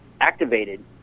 activated